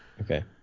Okay